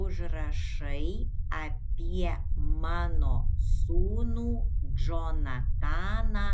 užrašai apie mano sūnų džonataną